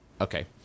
Okay